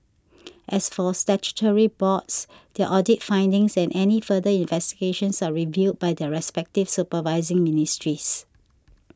as for statutory boards their audit findings and any further investigations are reviewed by their respective supervising ministries